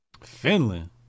Finland